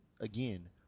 Again